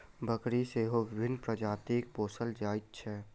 बकरी सेहो विभिन्न प्रजातिक पोसल जाइत छै